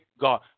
God